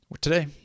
today